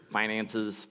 finances